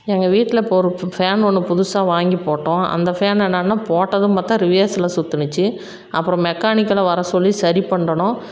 எங்கள் வீட்டில் இப்போ ஒரு ஃப் ஃபேன் ஒன்று புதுசாக வாங்கி போட்டோம் அந்த ஃபேன் என்னென்னா போட்டதும் பார்த்தா ரிவேர்ஸில் சுற்றினுச்சி அப்புறம் மெக்கானிக்கல் வர சொல்லி சரி பண்ணினோம்